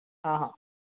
हा हा